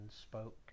spoke